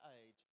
age